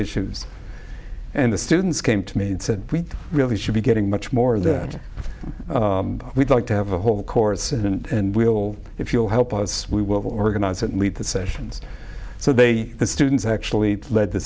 issues and the students came to me and said we really should be getting much more that we'd like to have a whole course and we'll if you'll help us we will organize and lead the sessions so they the students actually led the